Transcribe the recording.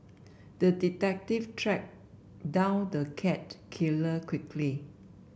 the detective tracked down the cat killer quickly